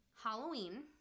Halloween